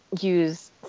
use